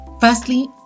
Firstly